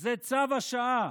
זה צו השעה,